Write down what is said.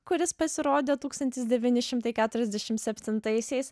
kuris pasirodė tūkstantis devyni šimtai keturiasdešim septintaisiais